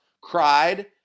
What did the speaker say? cried